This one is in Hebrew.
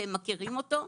והם מכירים אותו.